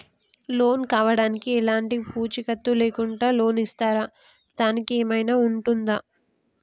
Loan కావడానికి ఎలాంటి పూచీకత్తు లేకుండా లోన్ ఇస్తారా దానికి ఏమైనా ఉంటుందా?